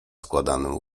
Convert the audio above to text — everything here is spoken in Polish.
składanym